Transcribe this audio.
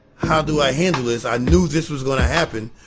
how do i handle this? i knew this was going to happen,